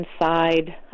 inside